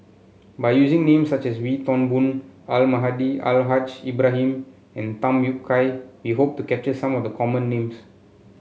by using names such as Wee Toon Boon Almahdi Al Haj Ibrahim and Tham Yui Kai we hope to capture some of the common names